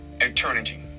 eternity